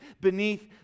beneath